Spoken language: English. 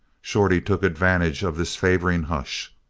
shorty took advantage of this favoring hush.